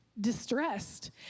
distressed